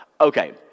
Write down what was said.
okay